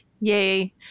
Yay